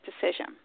decision